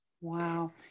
Wow